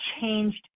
changed